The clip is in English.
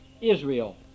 Israel